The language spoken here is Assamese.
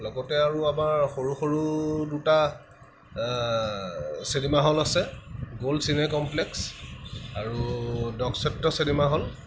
লগতে আৰু আমাৰ সৰু সৰু দুটা চিনেমা হল আছে গ'ল্ড চিনে কমপ্লেক্স আৰু নক্ষত্ৰ চিনেমা হল